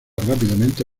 rápidamente